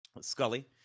Scully